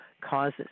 causes